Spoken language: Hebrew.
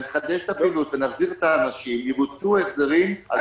נחדש את הפעילות ונחזיר את האנשים יבוצעו החזרים על פי החוק.